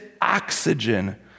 oxygen